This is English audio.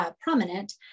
prominent